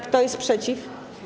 Kto jest przeciw?